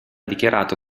dichiarato